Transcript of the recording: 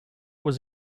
was